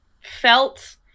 felt